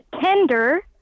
tender